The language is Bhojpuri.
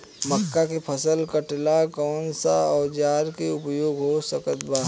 मक्का के फसल कटेला कौन सा औजार के उपयोग हो सकत बा?